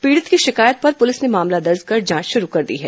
पीड़ित की शिकायत पर प्रलिस ने मामला दर्ज कर जांच शरू कर दी है